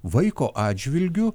vaiko atžvilgiu